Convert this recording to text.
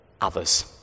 others